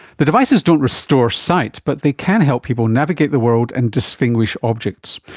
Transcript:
the devices don't restore sight but they can help people navigate the world and distinguish objects.